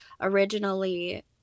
originally